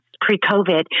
Pre-COVID